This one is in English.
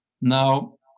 Now